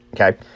Okay